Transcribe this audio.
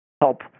help